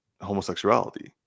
homosexuality